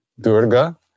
Durga